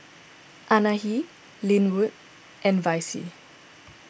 Anahi Linwood and Vicie